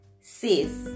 sis